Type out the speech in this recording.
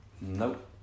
Nope